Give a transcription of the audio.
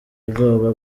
ubwoba